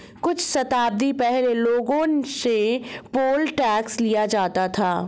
कुछ शताब्दी पहले लोगों से पोल टैक्स लिया जाता था